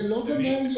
זה לא גני הילדים.